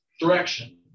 direction